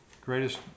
greatest